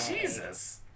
Jesus